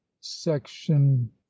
Section